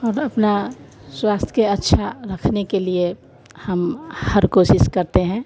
और अपना स्वास्थ्य को अच्छा रखने के लिए हम हर कोशिश करते हैं